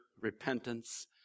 repentance